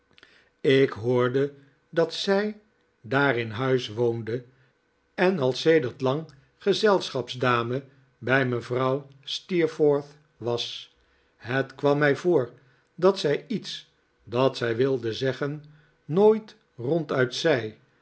ik hoorde dat zij daar in huis woonde en al sedert lang gezelschapsdame bij mevrouw steerforth was het kwam mij voor dat zij iets dat zij wilde zeggen nooit ronduit